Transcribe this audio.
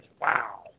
wow